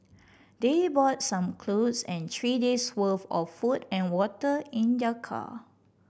they brought some clothes and three days' worth of food and water in their car